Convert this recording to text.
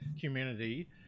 community